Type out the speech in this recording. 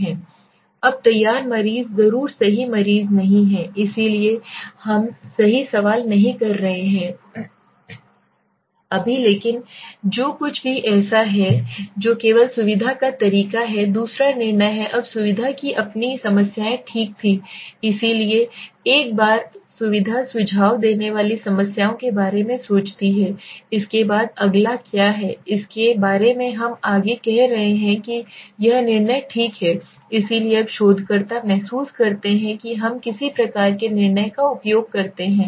अब तैयार मरीज जरूरी सही मरीज नहीं हैं इसलिए हम सही सवाल नहीं कर रहे हैं अभी लेकिन जो कुछ भी ऐसा है जो केवल सुविधा का तरीका है दूसरा निर्णय है अब सुविधा की अपनी समस्याएं ठीक थीं इसलिए एक बार सुविधा सुझाव देने वाली समस्याओं के बारे में सोचती है इसके बाद अगला क्या है इसके बारे में हम आगे कह रहे हैं कि यह निर्णय ठीक है इसलिए अब शोधकर्ता महसूस करते हैं कि हम किसी प्रकार के निर्णय का उपयोग करते हैं